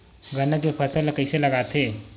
गन्ना के फसल ल कइसे लगाथे?